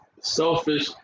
selfish